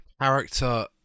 character